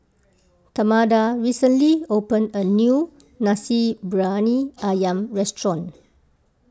Tamatha recently opened a new Nasi Briyani Ayam restaurant